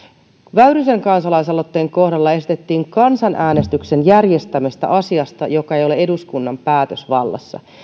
väyrysen kansalaisaloitteen kohdalla esitettiin kansanäänestyksen järjestämistä asiasta joka ei ole eduskunnan päätösvallassa